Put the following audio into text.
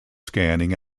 scanning